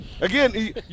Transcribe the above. Again